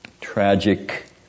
tragic